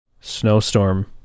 snowstorm